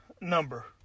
number